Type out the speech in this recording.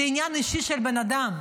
זה עניין אישי של בן אדם.